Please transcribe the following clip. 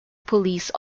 police